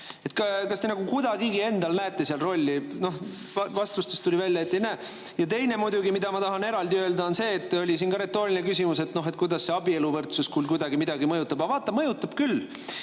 Kas te kuidagigi endal näete selles rolli? Vastustest tuli välja, et ei näe. Ja teine, mida ma tahan eraldi öelda, on see. Siin oli ka retooriline küsimus, et kuidas see abieluvõrdsus siis kuidagi midagi mõjutab. Aga vaata, mõjutab küll.